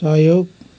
सहयोग